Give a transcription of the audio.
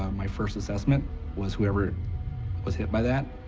um my first assessment was whoever was hit by that,